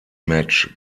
match